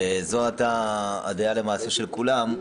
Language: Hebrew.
וזו הייתה הדעה של כולם,